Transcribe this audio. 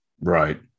Right